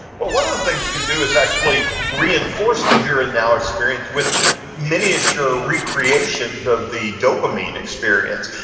but one of the things you can do is actually reinforce the here and now experience with miniature recreations of the dopamine experience.